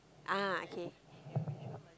ah okay